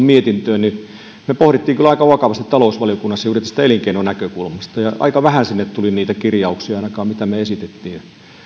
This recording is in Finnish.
mietintöön me pohdimme kyllä aika vakavasti talousvaliokunnassa tätä juuri tästä elinkeinonäkökulmasta ja aika vähän sinne tuli ainakaan niitä kirjauksia mitä me esitimme yksi on